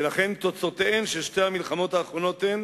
ולכן תוצאותיהן של שתי המלחמות האחרונות הן